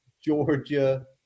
Georgia